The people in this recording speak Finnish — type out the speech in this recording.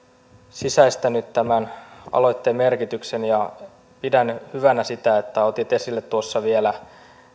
sisäistänyt tämän aloitteen merkityksen ja pidän hyvänä sitä että otit esille vielä